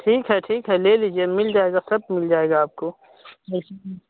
ठीक है ठीक है ले लीजिए मिल जाएगा सब मिल जाएगा आपको वैसे भी